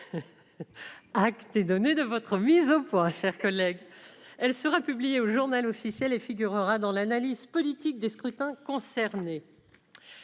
Acte est donné de votre mise au point, cher collègue, elle sera publiée au Journal officiel et figurera dans l'analyse politique des scrutins concernés